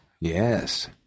yes